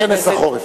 כנס החורף.